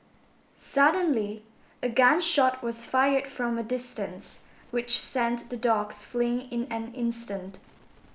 suddenly a gun shot was fired from a distance which sent the dogs fleeing in an instant